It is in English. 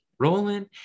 Rolling